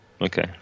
Okay